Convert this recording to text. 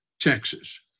Texas